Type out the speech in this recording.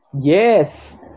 Yes